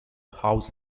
house